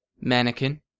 Mannequin